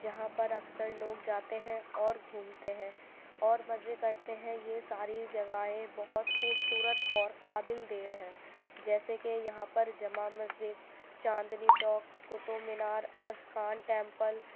جہاں پر اکثر لوگ جاتے ہیں اور گھومتے ہیں اور مزے کرتے ہیں یہ ساری جگہیں بہت خوبصورت اور قابل دیر ہیں جیسے کہ یہاں پر جامع مسجد چاندنی چوک کتب مینار اسقان ٹیمپل